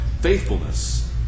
faithfulness